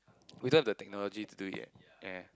without the technology to do it eh ya